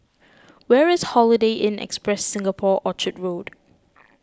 where is Holiday Inn Express Singapore Orchard Road